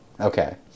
Okay